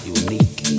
unique